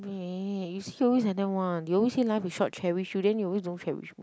babe you see always like that one you always say life is short cherish you then you always don't cherish me